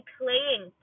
playing